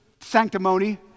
sanctimony